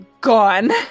gone